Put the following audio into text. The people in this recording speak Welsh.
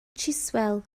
chiswell